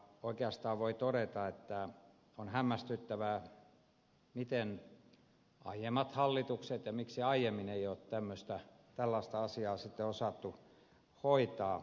oikeastaan voi todeta että on hämmästyttävää miten ja miksi eivät aiemmat hallitukset ole tällaista asiaa sitten osanneet hoitaa